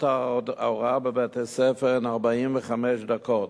ההוראה בבתי-הספר הן 45 דקות,